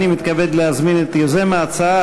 אני מתכבד להזמין את יוזם ההצעה,